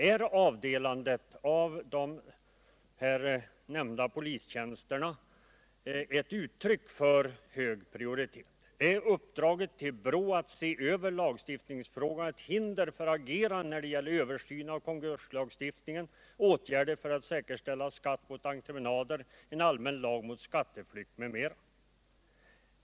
Är avdelandet av de nämnda polistjänsterna ett uttryck för hög prioritet? Är uppdraget till BRÅ att se över lagstiftningsfrågan ett hinder att agera, ett hinder mot att företa en översyn av konkurstagstiftningen, ett hinder mot åtgärder för att säkerställa skatt på entreprenader, ett hinder mot en allmän lag mot skatteflykt, m.m.?